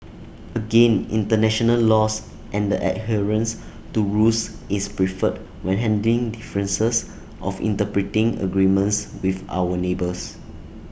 again International laws and the adherence to rules is preferred when handling differences of interpreting agreements with our neighbours